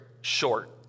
short